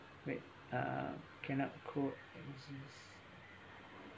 wait ah cannot coexist